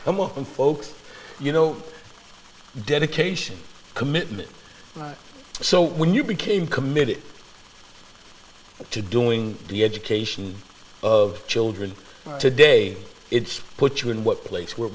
and folks you know dedication commitment and so when you became committed to doing the education of children today it's put you in what place where